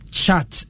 chat